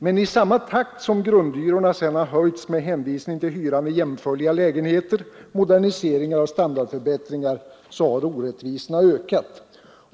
Men i samma takt som grundhyrorna sedan har höjts med hänvisning till hyran i jämförliga lägenheter, moderniseringar och standardförbättringar har orättvisorna ökat.